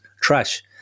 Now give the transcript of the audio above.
trash